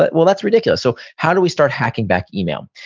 but well, that's ridiculous so how do we start hacking back email?